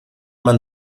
man